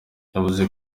yavuze